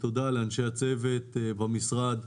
תודה לאנשי הצוות במשרד: